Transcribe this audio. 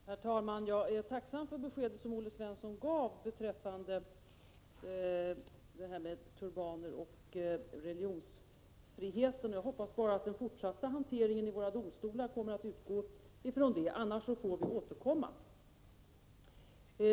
Herr talman! Jag är tacksam för beskedet som Olle Svensson gav beträffande turbaner och religionsfriheten. Jag hoppas bara att den fortsatta hanteringen i våra domstolar kommer att utgå från det, annars får vi återkomma.